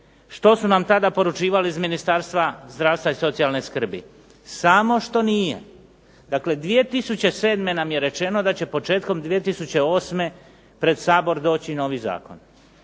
Što su nam tada poručivali iz Ministarstva zdravstva i socijalne skrbi? Samo što nije. Dakle 2007. nam je rečeno da će početkom 2008. pred Sabor doći novi zakon,